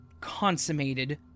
consummated